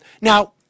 Now